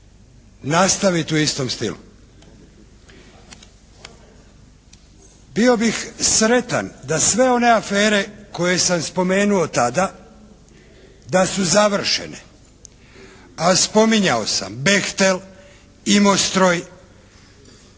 nastaviti u istom stilu. Bio bih sretan da sve one afere koje sam spomenuo tada da su završene, a spominjao sam "Behtel", "Imostroj",